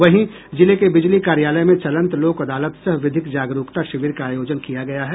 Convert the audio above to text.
वहीं जिले के बिजली कार्यालय में चलंत लोक अदालत सह विधिक जागरूकता शिविर का आयोजन किया गया है